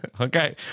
Okay